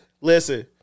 Listen